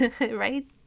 right